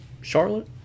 Charlotte